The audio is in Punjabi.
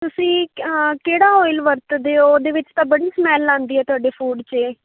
ਤੁਸੀਂ ਕਿਹੜਾ ਓਇਲ ਵਰਤਦੇ ਹੋ ਉਹਦੇ ਵਿੱਚ ਤਾਂ ਬੜੀ ਸਮੈਲ ਆਉਂਦੀ ਹੈ ਤੁਹਾਡੇ ਫ਼ੂਡ 'ਚ